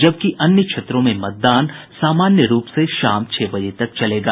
जबकि अन्य क्षेत्रों में मतदान सामान्य रूप से शाम छह बजे तक चलेगा